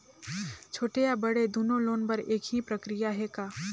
छोटे या बड़े दुनो लोन बर एक ही प्रक्रिया है का?